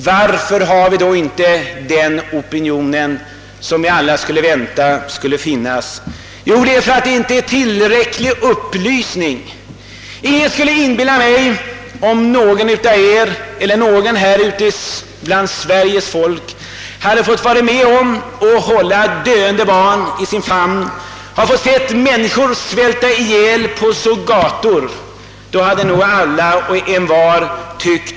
Varför har vi då inte den opinion vi alla väntar skulle finnas? Jo, därför att det inte bedrivits tillräcklig upplysning. Ingen kan inbilla mig att ni inte skulle tänka och tycka på ett helt annat sätt, om ni hade varit med om att hålla döende barn i famnen eller sett människor svälta ihjäl på gatan.